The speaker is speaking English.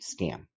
scam